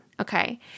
okay